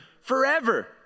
forever